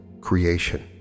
creation